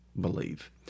believe